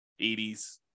80s